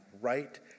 right